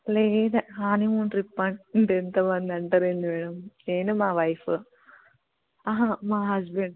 లేదు honeymoon trip అంటే ఎంతమంది అంటారు ఏంది మ్యాడమ్ నేను మా వైఫ్ మా హస్బెండ్